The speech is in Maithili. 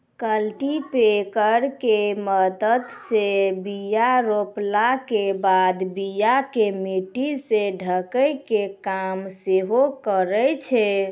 कल्टीपैकर के मदत से बीया रोपला के बाद बीया के मट्टी से ढकै के काम सेहो करै छै